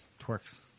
twerks